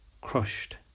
crushed